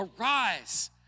Arise